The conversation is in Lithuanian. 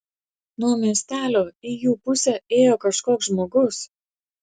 nuo miestelio į jų pusę ėjo kažkoks žmogus